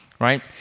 right